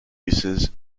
uses